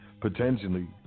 potentially